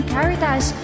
Caritas